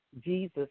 Jesus